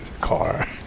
car